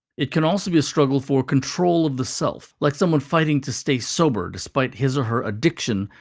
it can also be a struggle for control of the self, like someone fighting to stay sober despite his or her addiction,